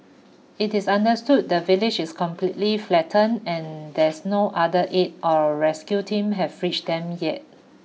it is understood the village is completely flattened and there's no other aid or rescue team have them yet